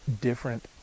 different